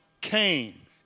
came